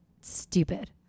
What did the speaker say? stupid